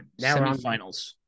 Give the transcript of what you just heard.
Semifinals